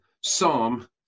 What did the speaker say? Psalm